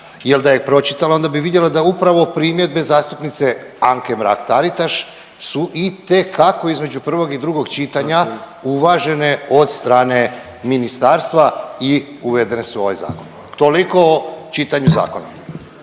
jel da je pročitala onda bi vidjela da upravo primjedbe zastupnice Anke Mrak Taritaš su itekako između prvog i drugog čitanja uvažene od strane ministarstva i uvedene su u ovaj zakon. Toliko o čitanju zakona.